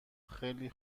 خیلی